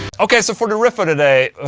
okay, so for the riff of the day,